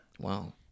Wow